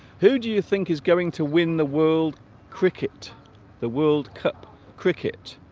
who do you think is going to win the world cricket the world cup cricket